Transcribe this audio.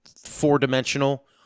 four-dimensional